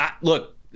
look